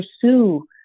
pursue